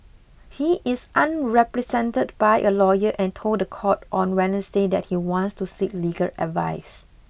he is unrepresented by a lawyer and told the court on Wednesday that he wants to seek legal advice